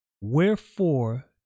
wherefore